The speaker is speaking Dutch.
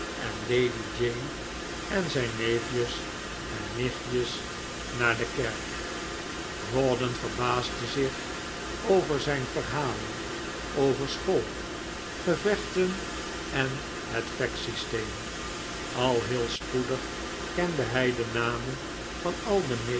en lady jane en zijn neefjes en nichtjes naar de kerk rawdon verbaasde zich over zijn verhalen over school gevechten en het fag systeem al heel spoedig kende hij de namen van al de